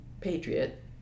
patriot